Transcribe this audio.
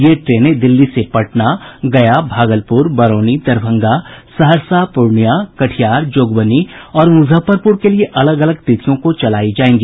ये ट्रेनें दिल्ली से पटना गया भागलपुर बरौनी दरभंगा सहरसा पूर्णिया कटिहार जोगबनी और मुजफ्फरपुर के लिये अलग अलग तिथियों को चलायी जायेंगी